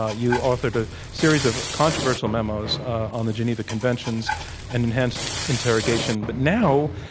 ah you authored a series of controversial memos on the geneva conventions and enhanced interrogation. but now,